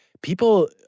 people